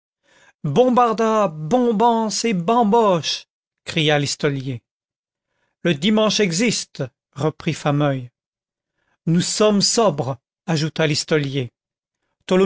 bombarda bombance et bamboche cria listolier le dimanche existe reprit fameuil nous sommes sobres ajouta listolier